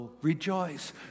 Rejoice